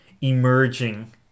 emerging